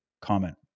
comment